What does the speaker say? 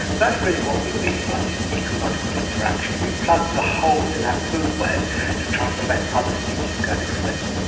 that's really what we mean by this ecological interaction we plug the holes in that food web to try and prevent other species going extinct.